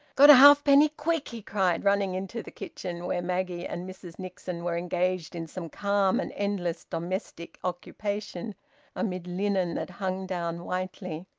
got a halfpenny? quick! he cried, running into the kitchen, where maggie and mrs nixon were engaged in some calm and endless domestic occupation amid linen that hung down whitely.